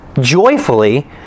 joyfully